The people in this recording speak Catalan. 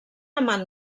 amant